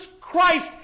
Christ